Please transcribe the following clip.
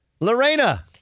Lorena